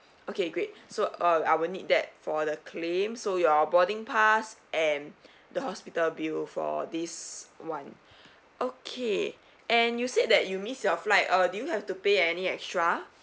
okay great so uh I will need that for the claim so your boarding pass and the hospital bill for this [one] okay and you said that you miss your flight uh do you have to pay any extra